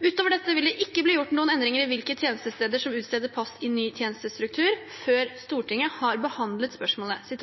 Utover dette vil det ikke bli gjort noen endringer i hvilke tjenestesteder som utsteder pass i ny tjenestestruktur før Stortinget har behandlet spørsmålet.»